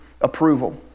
approval